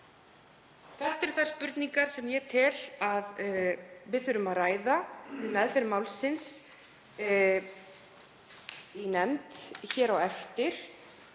Þetta eru þær spurningar sem ég tel að við þurfum að ræða við meðferð málsins í nefnd á eftir.